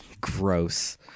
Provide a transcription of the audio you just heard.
Gross